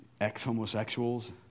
ex-homosexuals